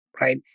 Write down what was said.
right